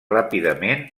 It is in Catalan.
ràpidament